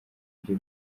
ibye